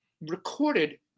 recorded